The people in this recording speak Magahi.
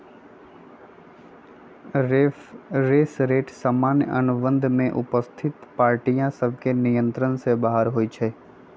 रेफरेंस रेट सामान्य अनुबंध में उपस्थित पार्टिय सभके नियंत्रण से बाहर होइ छइ